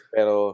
Pero